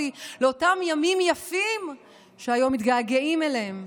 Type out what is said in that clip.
לאותם ימים יפים שהיום מתגעגעים אליהם?